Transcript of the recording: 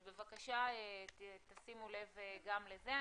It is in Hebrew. אז בבקשה תשימו לב גם לזה.